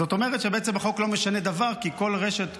זאת אומרת שבעצם החוק לא משנה דבר כי כל רשת גדולה,